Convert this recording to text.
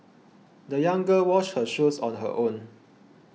the young girl washed her shoes on her own